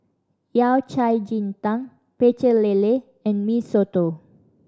Yao Cai ji tang Pecel Lele and Mee Soto